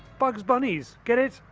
bugs bunnies get it?